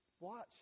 Watch